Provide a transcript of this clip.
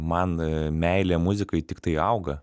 man meilė muzikai tiktai auga